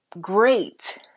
great